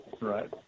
Right